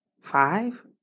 five